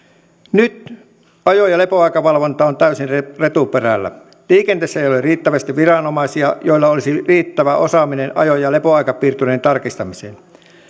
nyt ajo ja lepoaikavalvonta on täysin retuperällä liikenteessä ei ole riittävästi viranomaisia joilla olisi riittävä osaaminen ajo ja lepoaikapiirturien tarkistamiseen